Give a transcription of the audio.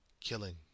Killing